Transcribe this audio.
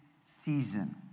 season